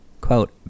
quote